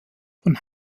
von